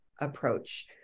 approach